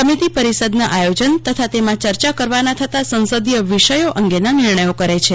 સમિતિ પરિષદના આયોજન તથા તેમાં ચર્ચા કરવાના થતા સંસદીય વિષયો અંગે નિર્ણયો કરે છે